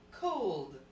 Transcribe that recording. Cold